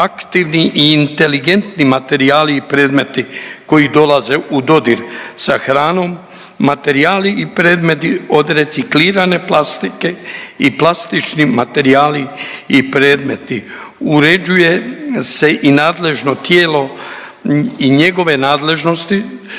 aktivni i inteligentni materijali i predmeti koji dolaze u dodir sa hranom, materijali i predmeti od reciklirane plastike i plastični materijali i predmeti, uređuje se i nadležno tijelo i njegove nadležnosti,